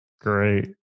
Great